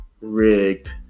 rigged